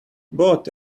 both